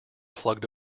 plugged